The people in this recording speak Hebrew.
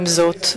עם זאת,